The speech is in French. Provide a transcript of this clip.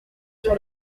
sur